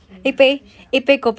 okay my friend ask me shut up